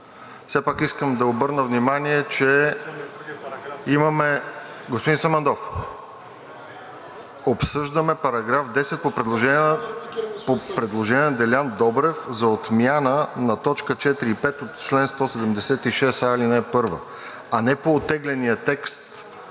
Все пак искам да обърна внимание, че имаме… Господин Самандов, обсъждаме § 10 по предложение на Делян Добрев за отмяна на т. 4 и 5 от чл. 176а, ал. 1, а не по оттегления текст.